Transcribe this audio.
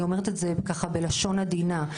אני אומרת את זה ככה בלשון עדינה,